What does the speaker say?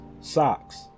socks